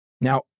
Now